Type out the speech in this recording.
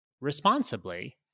responsibly